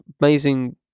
amazing